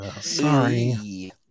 Sorry